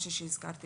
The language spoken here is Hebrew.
משהו שהזכרתי